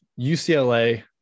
UCLA